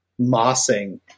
mossing